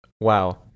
wow